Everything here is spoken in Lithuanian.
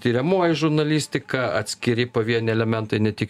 tiriamoji žurnalistika atskiri pavieniai elementai ne tik